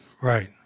Right